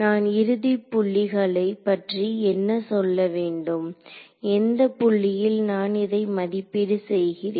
நான் இறுதி புள்ளிகளைப் பற்றி என்ன சொல்ல வேண்டும் எந்த புள்ளியில் நான் இதை மதிப்பீடு செய்கிறேன்